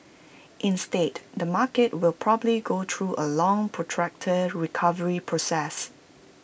instead the market will probably go through A long protracted recovery process